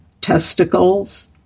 testicles